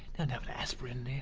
and have an aspirin do you?